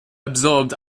absorbed